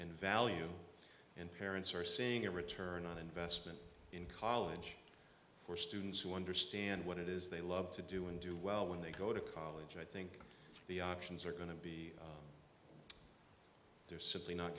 and value and parents are seeing a return on investment in college for students who understand what it is they love to do and do well when they go to college i think the options are going to be they're simply not